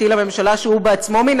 במידה מסוימת.